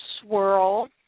Swirl